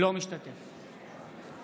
אינו משתתף בהצבעה